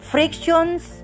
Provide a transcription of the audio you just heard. Frictions